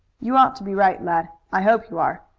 you ought to be right, lad. i hope you are.